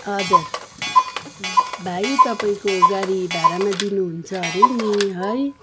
हजुर भाइ तपाईँको गाडी भाडामा दिनुहुन्छ अरे नि है